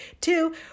Two